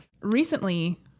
recently